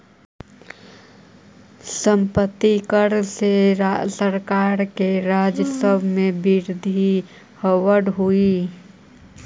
सम्पत्ति कर से सरकार के राजस्व में वृद्धि होवऽ हई